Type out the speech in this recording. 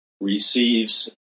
receives